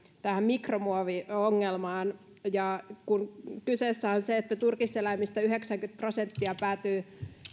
tähän mikromuoviongelmaan kun kyseessä on se että turkiseläimistä yhdeksänkymmentä prosenttia päätyy